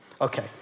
Okay